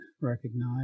recognize